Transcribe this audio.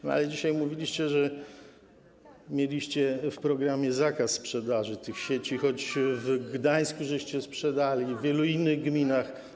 Natomiast dzisiaj mówiliście, że mieliście w programie zakaz sprzedaży tych sieci, choć w Gdańsku sprzedaliście, w wielu innych gminach.